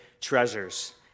treasures